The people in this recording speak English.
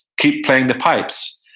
keep playing the pipes.